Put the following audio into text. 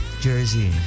Jersey